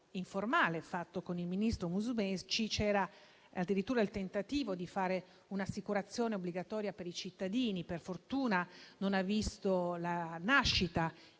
informale con il ministro Musumeci c'è stato addirittura il tentativo di prevedere un'assicurazione obbligatoria per i cittadini; per fortuna non ha visto la nascita